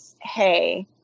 Hey